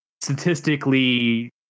statistically